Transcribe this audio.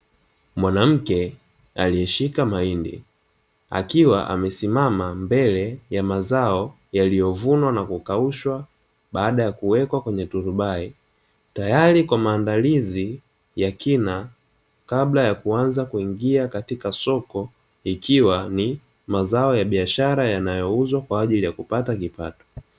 Mwanamke aliyeshika mahindi akiwa amesimama mbele ya mazao yaliyovunwa na kukaushwa baada ya kuwekwa kwenye turubai, tayari kwa maandalizi ya kina kabla yakuanza kuingia katika soko, ikiwa ni mazao yanayouzwa kwa ajili ya kupata kipato.